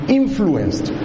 influenced